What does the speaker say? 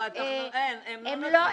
לא, אין, הם לא נותנים.